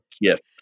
gift